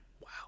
Wow